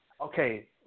Okay